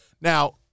Now